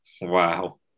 wow